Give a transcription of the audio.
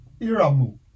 iramu